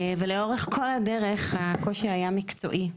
לאורך כל הדרך הקושי היה מקצועי,